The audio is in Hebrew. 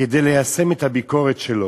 כדי ליישם את הביקורת שלו,